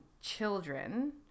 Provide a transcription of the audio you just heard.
children